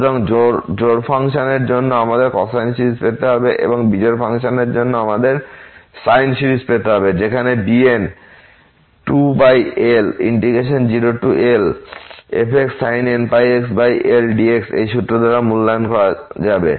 সুতরাং জোড় ফাংশন এর জন্য আমাদের কোসাইন সিরিজ পেতে হবে এবং বিজোড় ফাংশন এর জন্য আমাদের সাইন সিরিজ পেতে হবে যেখানে bn 2L0Lfxsin nπxL dxএই সূত্র দ্বারা মূল্যায়ন করা যাবে